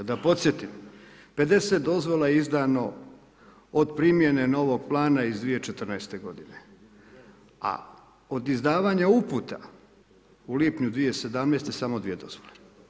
Da podsjetim, 50 dozvola je izdano od primjene novog plana iz 2014. godine, a od izdavanja uputa u lipnju 2017. samo dvije dozvole.